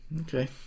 Okay